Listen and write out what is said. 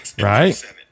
right